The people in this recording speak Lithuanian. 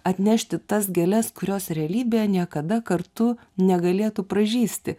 atnešti tas gėles kurios realybėje niekada kartu negalėtų pražysti